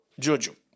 Jojo